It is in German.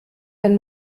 wenn